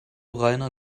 reiner